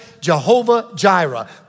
Jehovah-Jireh